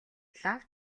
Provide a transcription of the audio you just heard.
лав